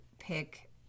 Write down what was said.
pick